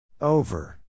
Over